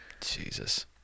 jesus